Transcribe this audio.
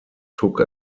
took